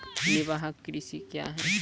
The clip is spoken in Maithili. निवाहक कृषि क्या हैं?